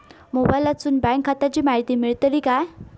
मोबाईलातसून बँक खात्याची माहिती मेळतली काय?